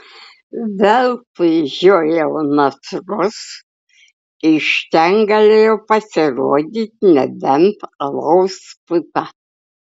veltui žiojau nasrus iš ten galėjo pasirodyti nebent alaus puta